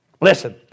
Listen